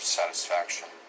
satisfaction